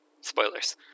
Spoilers